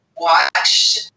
watch